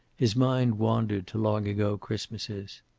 his mind wandered to long ago christmases.